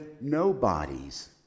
nobodies